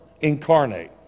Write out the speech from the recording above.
incarnate